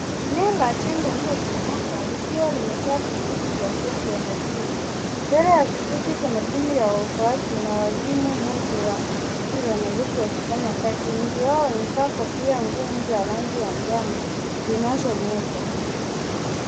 Eneo la jengo lililobomoka, likiwa limejaa vifunzi vya zege na vyuma. Mbele ya vifunzi kuna timu ya waokoaji, ina wazima moto wa jiji la nairobi wakifanya kazi. Wengi wao wamevaa kofia ngumu za rangi ya njano, zinazometa.